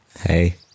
Hey